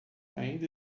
ainda